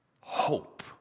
hope